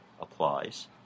applies